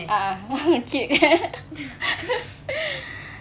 a'ah cute